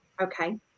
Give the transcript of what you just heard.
okay